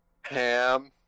ham